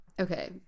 okay